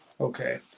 Okay